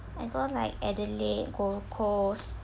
I go like adelaide gold coast